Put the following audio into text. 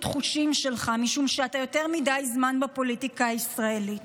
חושים שלך משום שאתה יותר מדי זמן בפוליטיקה הישראלית.